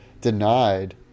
denied